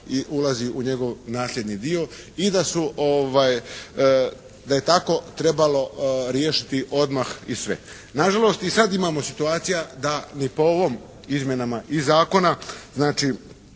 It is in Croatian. i ulazi u njego nasljedni dio i da su, da je tako trebalo riješiti odmah i sve. Nažalost i sad imamo situacija da ni po ovom izmjenama iz zakona znači